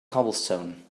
cobblestone